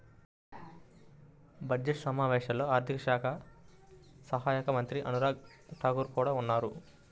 budget సమావేశాల్లో ఆర్థిక శాఖ సహాయక మంత్రి అనురాగ్ ఠాకూర్ కూడా ఉన్నారు